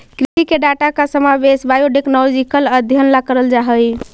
कृषि के डाटा का समावेश बायोटेक्नोलॉजिकल अध्ययन ला करल जा हई